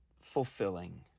fulfilling